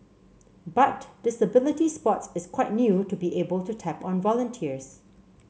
but disability sports is quite new to be able to tap on volunteers